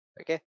okay